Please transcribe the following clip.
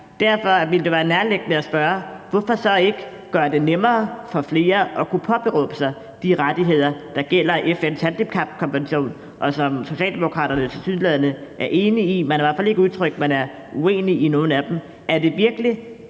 Derfor vil det være nærliggende at spørge: Hvorfor så ikke gøre det nemmere for flere at kunne påberåbe sig de rettigheder, der gælder i FN's handicapkonvention, og som Socialdemokraterne tilsyneladende er enig i – man har i hvert fald ikke udtrykt, at man er uenig i nogen af dem?